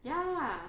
ya